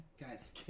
Guys